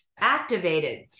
Activated